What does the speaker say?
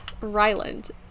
Ryland